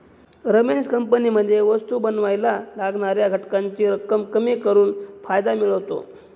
रमेश कंपनीमध्ये वस्तु बनावायला लागणाऱ्या घटकांची रक्कम कमी करून फायदा मिळवतो